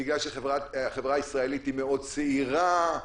בגלל שהחברה הישראלית מאוד צעירה,